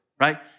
right